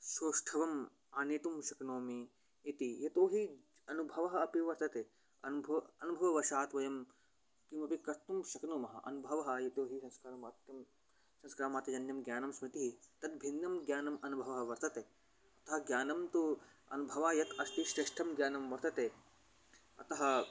सौष्ठवम् आनेतुं शकनोमि इति यतो हि अनुभवः अपि वर्तते अनुभवः अनुभववशात् वयं किमपि कर्तुं शक्नुमः अनुभवः यतो हि संस्कारमत्यन्तं संस्कारमात्रजन्यं ज्ञानं स्मृतिः तद्भिन्नं ज्ञानम् अनुभवः वर्तते अतः ज्ञानं तु अनुभवः यः अस्ति श्रेष्ठं ज्ञानं वर्तते अतः